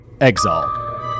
Exile